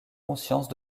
conscience